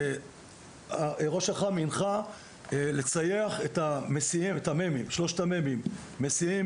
ראש אח"ם הנחה לצייח את שלושת המ"מים: מסיעים,